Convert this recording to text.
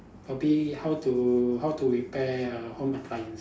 probably how to how to repair uh home appliance